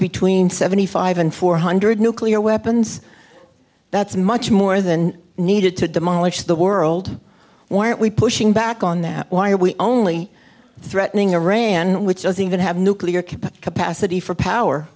between seventy five and four hundred nuclear weapons that's much more than needed to demolish the world why aren't we pushing back on that why are we only threatening iran which i think that have nuclear capacity for power